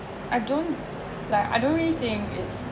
I don't like I don't really think it's